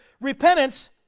repentance